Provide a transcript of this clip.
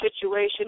situation